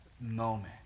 moment